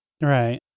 Right